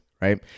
right